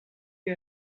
you